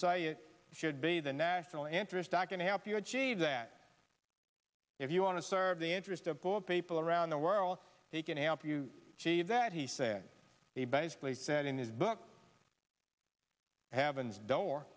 say it should be the national interest i can help you achieve that if you want to serve the interest of poor people around the world he can help you achieve that he said he basically said in his book have ns do